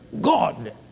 God